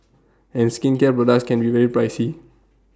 and skincare products can be very pricey